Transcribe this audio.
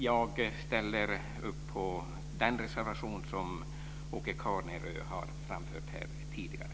Jag ställer upp på den reservation som Åke Carnerö har framfört här tidigare.